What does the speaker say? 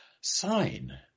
sign